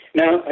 now